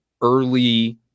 early